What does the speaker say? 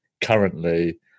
currently